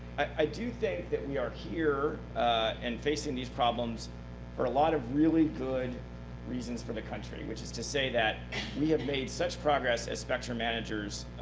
i do think that we are here and facing these problems for a lot of really good reasons for the country, which is to say that we made such progress as spectrum managers,